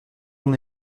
l’on